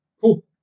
Cool